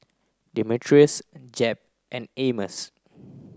Demetrius Jep and Amos